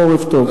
חורף טוב.